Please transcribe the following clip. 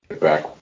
back